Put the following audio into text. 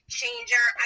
changer